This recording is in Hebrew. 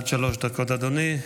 עד שלוש דקות, אדוני.